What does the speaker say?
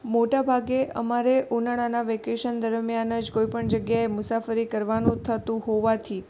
મોટાભાગે અમારે ઉનાળાનાં વેકેશન દરમ્યાન જ કોઇપણ જગ્યાએ મુસાફરી કરવાનું થતું હોવાથી